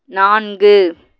நான்கு